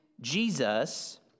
Jesus